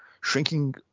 shrinking